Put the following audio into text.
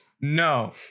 No